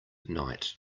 night